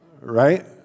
Right